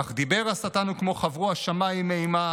// כך דיבר השטן וכמו / חוורו השמים מאימה